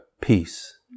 peace